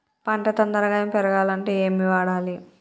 పంట తొందరగా పెరగాలంటే ఏమి వాడాలి?